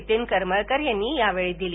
नितीन करमळकर यांनी त्यावेळी दिली